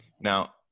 Now